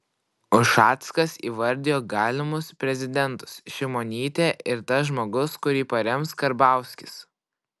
ušackas įvardijo galimus prezidentus šimonytė ir tas žmogus kurį parems karbauskis